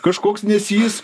kažkoks nes jis